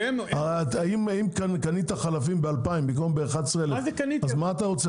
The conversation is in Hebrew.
אם קנית חלפים ב-2,000 במקום ב-11,000 אז מה אתה רוצה,